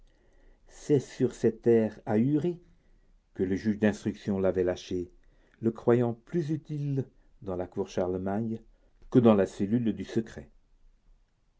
c'est sur cet air ahuri que le juge d'instruction l'avait lâché le croyant plus utile dans la cour charlemagne que dans la cellule du secret